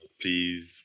please